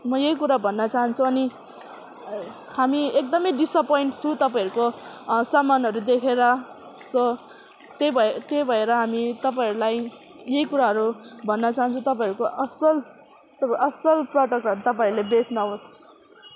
म यही कुरा भन्न चाहन्छु अनि हामी एकदमै डिसपोइन्ट छु तपाईँहरूको सामानहरू देखेर सो त्यही भए त्यही भएर हामी तपाईँहरूलाई यही कुराहरू भन्न चाहन्छु तपाईँहरूको असल असल प्रोडक्टहरू तपाईँहरूले बेच्नहवस्